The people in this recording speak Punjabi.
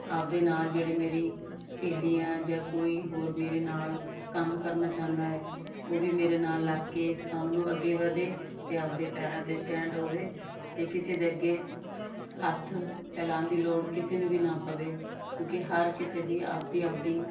ਆਪਣੇ ਨਾਲ ਜਿਹੜੇ ਮੇਰੀ ਸਹੇਲੀਆਂ ਜਾਂ ਕੋਈ ਹੋਰ ਮੇਰੇ ਨਾਲ ਕੰਮ ਕਰਨਾ ਚਾਹੁੰਦਾ ਹੈ ਉਹ ਵੀ ਮੇਰੇ ਨਾਲ ਲੱਗ ਕੇ ਇਸ ਕੰਮ ਨੂੰ ਅੱਗੇ ਵਧੇ ਅਤੇ ਆਪਣੇ ਪੈਰਾਂ 'ਤੇ ਸਟੈਂਡ ਹੋਵੇ ਅਤੇ ਕਿਸੇ ਦੇ ਅੱਗੇ ਹੱਥ ਫੈਲਾਉਣ ਦੀ ਲੋੜ ਕਿਸੇ ਨੂੰ ਵੀ ਨਾ ਪਵੇ ਕਿਉਂਕਿ ਹਰ ਕਿਸੇ ਦੀ ਆਪਣੀ ਆਪਣੀ